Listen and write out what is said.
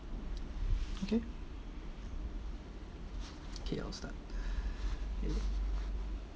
okay okay I'll start